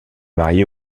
mariée